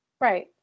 Right